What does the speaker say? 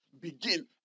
Begin